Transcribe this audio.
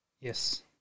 Yes